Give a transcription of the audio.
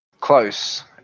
Close